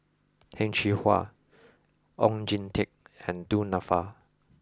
Heng Cheng Hwa Oon Jin Teik and Du Nanfa